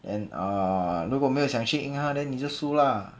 and uh 如果没有想去赢他 then 你就输啦